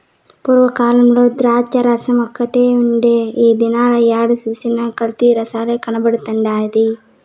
పూర్వ కాలంల ద్రాచ్చసారాఓటే ఉండే ఈ దినాల ఏడ సూసినా కల్తీ సారనే కనబడతండాది